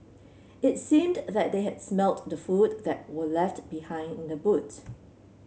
it seemed that they had smelt the food that were left behind in the boot